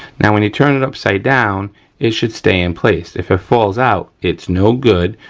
now when you turn it upside down it should stay in place. if it falls out it's no good.